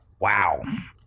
Wow